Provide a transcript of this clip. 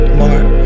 mark